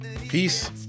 Peace